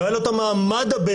לא היה לו את המעמד הבין-לאומי,